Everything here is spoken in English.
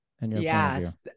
Yes